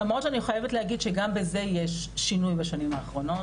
למרות שאני חייבת להגיד שגם בזה יש שינוי בשנים האחרונות,